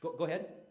go ahead.